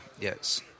Yes